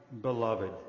beloved